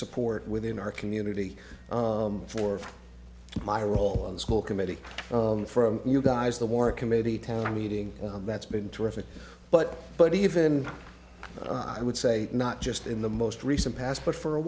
support within our community for my role on the school committee for you guys the war committee town meeting that's been terrific but but even i would say not just in the most recent past but for a